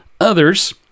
others